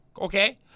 Okay